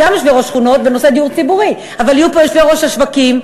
גם יושבי-ראש השכונות,